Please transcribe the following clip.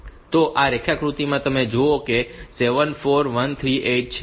તો આ રેખાકૃતિમાં તમે જુઓ કે 7 4 1 3 8 છે